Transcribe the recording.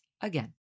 again